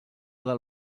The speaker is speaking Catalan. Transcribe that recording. del